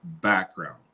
background